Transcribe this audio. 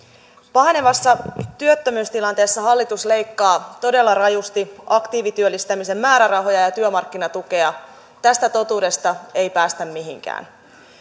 pahenevassa työttömyystilanteessa hallitus leikkaa todella rajusti aktiivityöllistämisen määrärahoja ja ja työmarkkinatukea tästä totuudesta ei päästä mihinkään